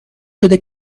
شده